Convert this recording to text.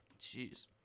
Jeez